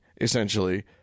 essentially